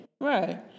Right